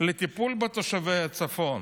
לטיפול בתושבי הצפון?